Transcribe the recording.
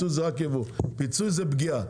פיצוי זו פגיעה.